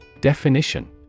Definition